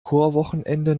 chorwochenende